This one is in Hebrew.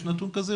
יש,